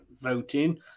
voting